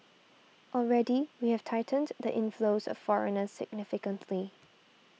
already we have tightened the inflows of foreigners significantly